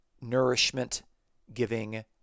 nourishment-giving